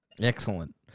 Excellent